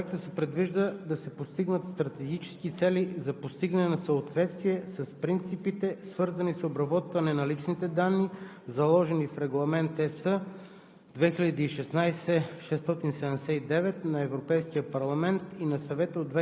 От името на вносителите Законопроектът бе представен от Габриела Козарева. Със Законопроекта се предвижда да се постигнат стратегически цели за постигане на съответствие с принципите, свързани с обработване на личните данни, заложени в Регламент (ЕС)